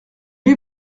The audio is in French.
est